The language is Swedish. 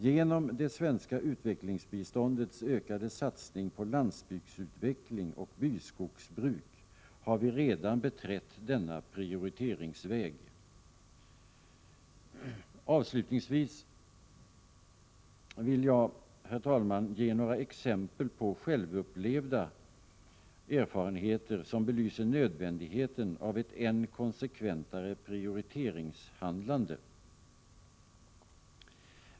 Genom det svenska utvecklingsbiståndets ökade satsning på landsbygdsutveckling och byskogsbruk har vi redan beträtt denna prioriteringsväg. Vidare vill jag, herr talman, ge några exempel på självupplevda erfarenheter som belyser nödvändigheten av ett än konsekventare prioriteringshandlande.